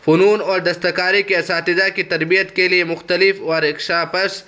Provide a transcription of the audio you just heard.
فنون اور دستکاری کے اساتذہ کی تربیت کے لیے مختلف ورک شاپس